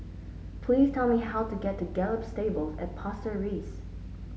please tell me how to get to Gallop Stables at Pasir Ris